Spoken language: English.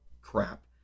crap